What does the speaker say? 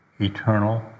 eternal